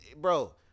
bro